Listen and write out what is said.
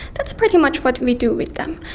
that's pretty much what we do with them.